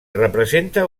representa